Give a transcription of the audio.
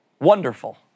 Wonderful